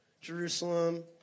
Jerusalem